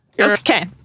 Okay